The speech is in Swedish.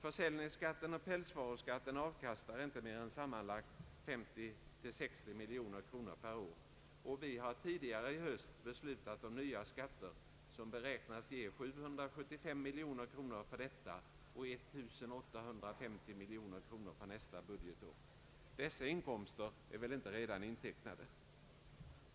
Försäljningsskatten och pälsvaruskatten avkastar inte mer än sammanlagt 50—60 miljoner kronor per år och vi har tidigare i höst beslutat om nya skatter som beräknas ge 775 miljoner kronor för detta och 1 850 miljoner kronor för nästa budgetår. Dessa inkomster är väl inte redan intecknade?